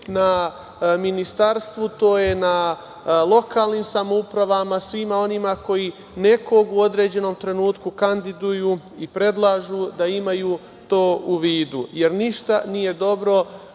na Ministarstvu, to je na lokalnim samoupravama, svima onima koji nekog u određenom trenutku kandiduju i predlažu da imaju to u vidu. Jer ništa nije dobro